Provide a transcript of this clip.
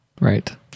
right